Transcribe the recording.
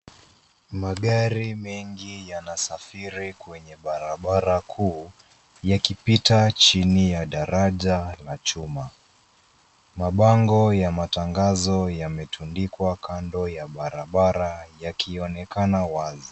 Magari mengi yanasafiri kwenye barabara kuu yakipita chini ya daraja la chuma. Mapango ya matangazo yametundikwa kando ya barabara yakionekana wazi.